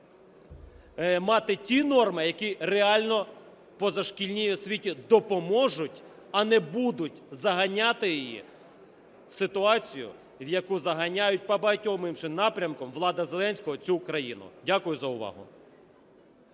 мати ті норми, які реально позашкільній освіті допоможуть, а не будуть заганяти її в ситуацію, в яку заганяють по багатьом іншим напрямкам влада Зеленського цю країну. Дякую за увагу.